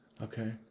Okay